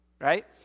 right